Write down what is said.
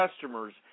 customers